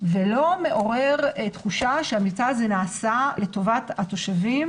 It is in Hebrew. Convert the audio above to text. ולא מעורר תחושה שהמבצע הזה נעשה לטובת התושבים